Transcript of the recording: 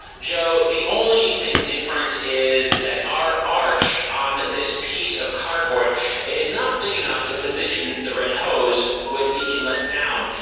joe, the only thing different is that our arch on this piece of cardboard is not big enough to position the red hose with the inlet down,